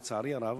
לצערי הרב,